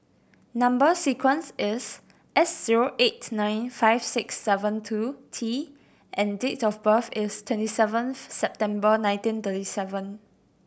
number sequence is S zero eight nine five six seven two T and date of birth is twenty seventh September nineteen thirty seven